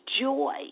Joy